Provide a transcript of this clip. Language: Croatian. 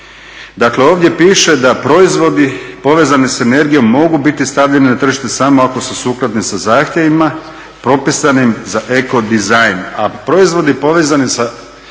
dakle ovdje piše da proizvodi povezani s energijom mogu biti stavljeni na tržište samo ako su sukladni sa zahtjevima propisanim za eko dizajn. A proizvodi povezani sa energijom